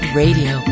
radio